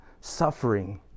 suffering